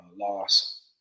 loss